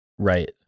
Right